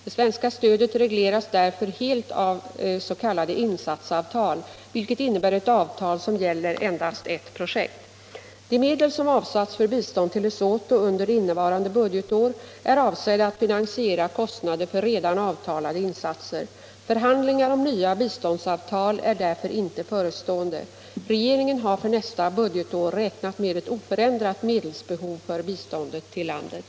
Det svenska stödet regleras därför helt av s.k. insatsavtal, vilket innebär ett avtal som gäller endast ett projekt. De medel som avsatts för bistånd till Lesotho under innevarande budgetår är avsedda att finansiera kostnader för redan avtalade insatser. Förhandlingar om nya biståndsavtal är därför inte förestående. Regeringen har för nästa budgetår räknat med ett oförändrat medelsbehov för biståndet till landet.